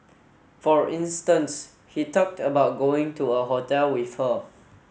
for instance he talked about going to a hotel with her